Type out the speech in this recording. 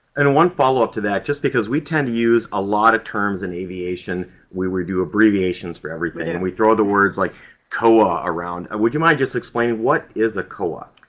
and one follow up to that, just because we tend to use a lot of terms in aviation where we do abbreviations for everything. and we throw the words like coa around. would you mind just explaining what is a coa?